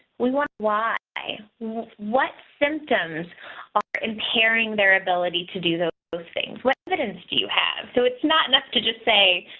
we want why. i mean what symptoms are impairing their ability to do those those things. what evidence do you have so it's not enough to just say,